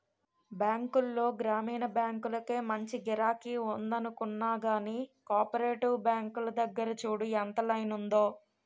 బాంకుల్లో గ్రామీణ బాంకులకే మంచి గిరాకి ఉందనుకున్నా గానీ, కోపరేటివ్ బాంకుల దగ్గర చూడు ఎంత లైనుందో?